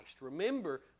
Remember